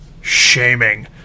shaming